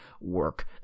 work